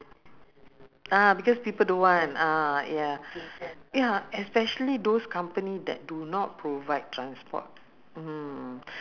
I tell you geylang ah you live where also ah they will go geylang I remember cause I used to be in the east right I used to stay in pasir ris before I got married